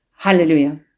Hallelujah